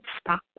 stop